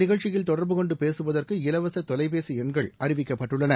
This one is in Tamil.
நிகழ்ச்சியில் தொடர்பு கொண்டு பேசுவதற்கு இலவச தொலைபேசி இந்த அறிவிக்கப்பட்டுள்ளன